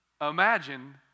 Imagine